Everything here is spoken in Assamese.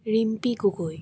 ৰিম্পী গগৈ